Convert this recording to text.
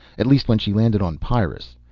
at least when she landed on pyrrus.